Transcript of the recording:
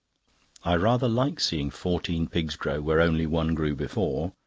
i rather like seeing fourteen pigs grow where only one grew before.